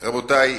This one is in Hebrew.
רבותי,